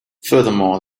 furthermore